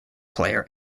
player